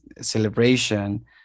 celebration